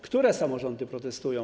Które samorządy protestują?